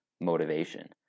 motivation